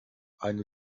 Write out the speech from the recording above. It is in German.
eine